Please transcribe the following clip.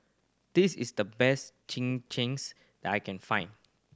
this is the best that I can find